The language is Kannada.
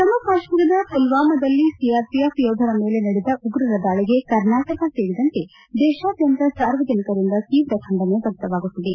ಜಮ್ಮು ಕಾಶ್ಮೀರದ ಮಲ್ವಾಮಾದಲ್ಲಿ ಸಿಆರ್ಪಿಎಫ್ ಯೋಧರ ಮೇಲೆ ನಡೆದ ಉಗ್ರರ ದಾಳಿಗೆ ಕರ್ನಾಟಕ ಸೇರಿದಂತೆ ದೇಶಾದ್ಯಂತ ಸಾರ್ವಜನಿಕರಿಂದ ತೀವ್ರ ಖಂಡನೆ ವ್ಯಕ್ತವಾಗುತ್ತಿದೆ